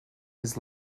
his